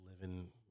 living